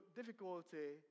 difficulty